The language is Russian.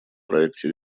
проекте